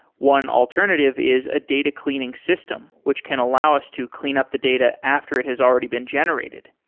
one alternative is a data cleaning system which can allow us to clean up the data after it has already been generated.